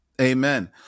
Amen